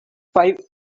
five